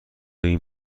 این